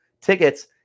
tickets